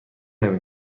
نمی